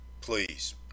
please